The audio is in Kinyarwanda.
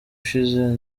ushize